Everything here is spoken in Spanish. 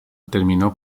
terminó